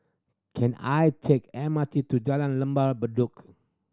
can I take M R T to Jalan Lembah Bedok